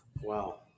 Wow